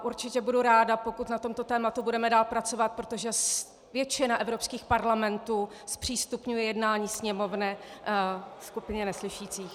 Určitě budu ráda, pokud na tomto tématu budeme dál pracovat, protože většina evropských parlamentů zpřístupňuje jednání sněmovny skupině neslyšících.